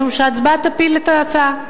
משום שההצבעה תפיל את ההצעה,